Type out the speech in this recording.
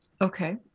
Okay